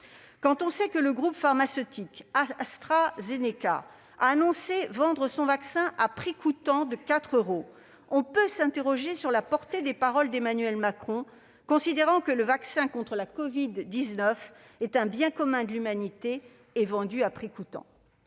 Quand on sait que le groupe pharmaceutique AstraZeneca a annoncé vendre son vaccin au prix coûtant de 4 euros, on peut s'interroger sur la portée des paroles d'Emmanuel Macron considérant que le vaccin contre la covid-19 est un bien commun de l'humanité, vendu à prix coûtant.